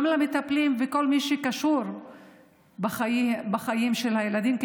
גם למטפלים ולכל מי שקשור בחיים של הילדים,